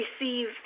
receive